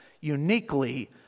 Uniquely